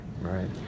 Right